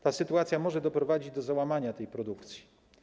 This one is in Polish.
Ta sytuacja może doprowadzić do załamania tej produkcji.